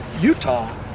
utah